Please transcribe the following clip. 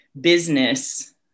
business